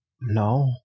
No